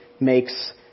makes